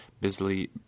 busily